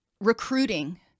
recruiting